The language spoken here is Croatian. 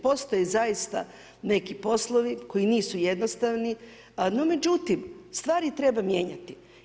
Postoje zaista neki poslovi koji nisu jednostavni no međutim stvari treba mijenjati.